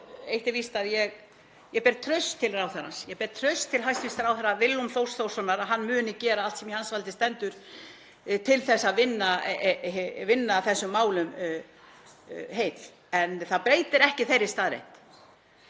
Eitt er víst að ég ber traust til ráðherrans. Ég ber traust til hæstv. ráðherra, Willums Þórs Þórssonar, og að hann muni gera allt sem í hans valdi stendur til að vinna að þessum málum heill. En það breytir ekki þeirri staðreynd